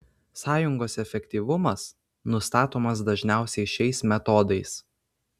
sąjungos efektyvumas nustatomas dažniausiai šiais metodais